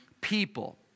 people